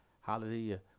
Hallelujah